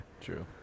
True